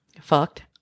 fucked